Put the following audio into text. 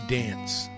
dance